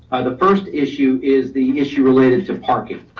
the first issue is the issue related to parking